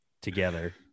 together